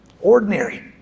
ordinary